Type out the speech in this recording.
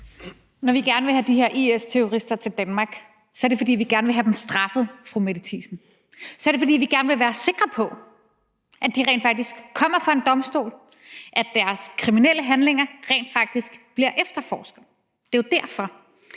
Når vi gerne vil have de her IS-terrorister til Danmark, er det, fordi vi gerne vil have dem straffet, fru Mette Thiesen; så er det, fordi vi gerne vil være sikre på, at de rent faktisk kommer for en domstol, at deres kriminelle handlinger rent faktisk bliver efterforsket. Det er jo derfor.